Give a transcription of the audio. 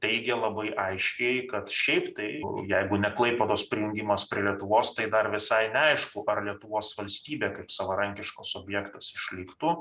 teigė labai aiškiai kad šiaip tai jeigu ne klaipėdos prijungimas prie lietuvos tai dar visai neaišku ar lietuvos valstybė kaip savarankiškas objektas išliktų